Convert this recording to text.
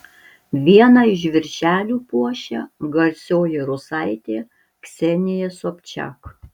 vieną iš viršelių puošia garsioji rusaitė ksenija sobčak